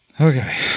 Okay